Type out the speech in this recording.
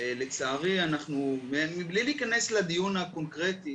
בלי להיכנס לדיון הקונקרטי,